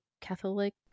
catholic